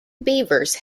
beavers